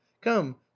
come